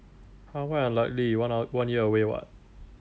!huh! why unlikely one h~ one year away [what]